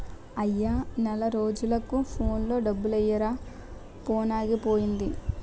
అయ్యా నెల రోజులకు ఫోన్లో డబ్బులెయ్యిరా ఫోనాగిపోయింది